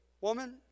Woman